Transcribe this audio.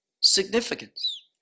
significance